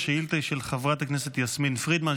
השאילתה היא של חברת הכנסת יסמין פרידמן,